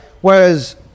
Whereas